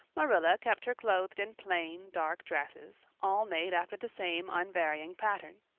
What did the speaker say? marilla kept her clothed in plain, dark dresses, all made after the same unvarying pattern.